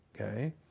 Okay